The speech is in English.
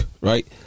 right